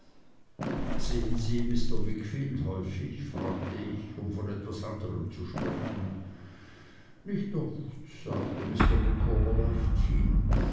sehen sie mr wickfield häufig fragte ich um von etwas anderem zu sprechen nicht oft sagte mr micawber leichthin